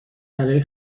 برای